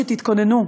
שתתכוננו,